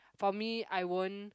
for me I won't